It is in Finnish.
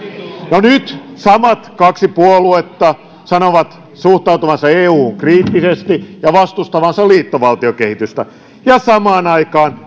no nyt samat kaksi puoluetta sanovat suhtautuvansa euhun kriittisesti ja vastustavansa liittovaltiokehitystä ja samaan aikaan